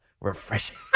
refreshing